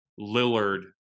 Lillard